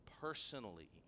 personally